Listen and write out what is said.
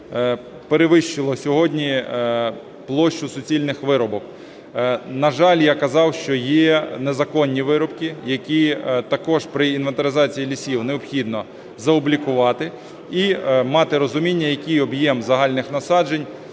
перевищила сьогодні площу суцільних вирубок. На жаль, я казав, що є незаконні вирубки, які також при інвентаризації лісів необхідно заоблікувати і мати розуміння, який об'єм загальних насаджень